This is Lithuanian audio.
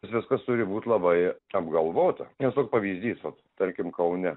viskas turi būt labai apgalvota nes toks pavyzdys vat tarkim kaune